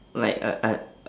like a a